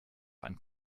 einen